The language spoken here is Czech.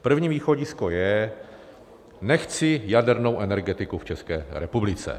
První východisko je: Nechci jadernou energetiku v České republice.